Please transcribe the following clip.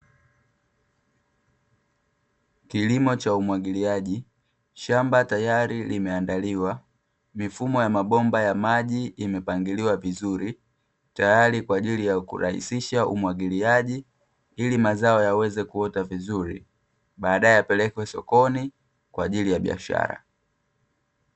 Kilimo cha umwagiliaji; shamba tayari limeandaliwa. Mifumo ya mabomba ya maji imepangiliwa vizuri, tayari kwa ajili ya kurahisisha umwagiliaji, ili mazao yaweze kuota vizuri, baadaye yapelekwe sokoni kwa ajili ya biashara.